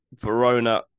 Verona